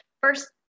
first